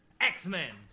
X-Men